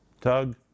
tug